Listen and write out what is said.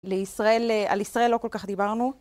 על ישראל לא כל כך דיברנו.